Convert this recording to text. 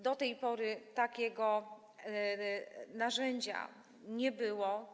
Do tej pory takiego narzędzia nie było.